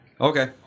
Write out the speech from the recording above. Okay